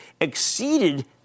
exceeded